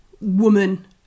woman